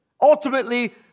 Ultimately